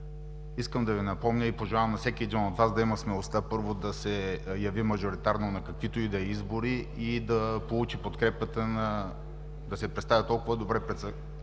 Искам да Ви напомня и пожелавам на всеки един от Вас да има смелостта, първо, да се яви мажоритарно на каквито и да е избори и да се представи толкова добре пред